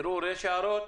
הצבעה אושר.